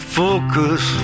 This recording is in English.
focus